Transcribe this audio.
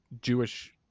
jewish